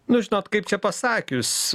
nu žinot kaip čia pasakius